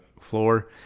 floor